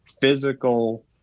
physical